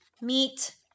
Meat